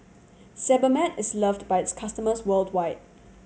Sebamed is loved by its customers worldwide